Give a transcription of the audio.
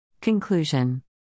Conclusion